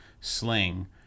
Sling